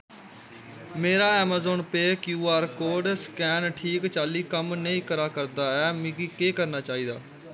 मेरा अमेजान पेऽ Q R code scan ठीक चाल्ली कम्म नेईं करा करदा ऐ मिगी केह् करना चाहिदा